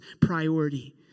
priority